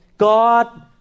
God